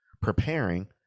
preparing